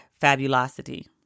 fabulosity